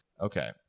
Okay